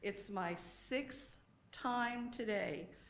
it's my sixth time today,